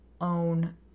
own